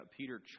Peter